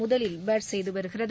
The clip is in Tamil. முதலில் பேட் செய்து வருகிறது